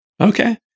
okay